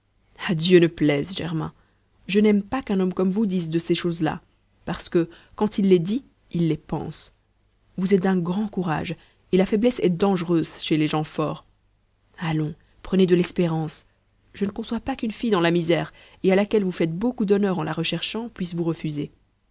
dieu ne plaise germain je n'aime pas qu'un homme comme vous dise de ces choses-là parce que quand il les dit il les pense vous êtes d'un grand courage et la faiblesse est dangereuse chez les gens forts allons prenez de l'espérance je ne conçois pas qu'une fille dans la misère et à laquelle vous faites beaucoup d'honneur en la recherchant puisse vous refuser